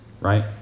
right